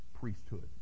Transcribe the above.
priesthood